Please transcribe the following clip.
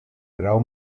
grau